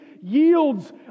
yields